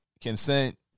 consent